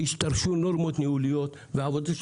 השתרשו נורמות ניהוליות ועבודה של